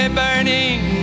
burning